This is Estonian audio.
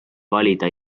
valida